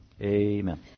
Amen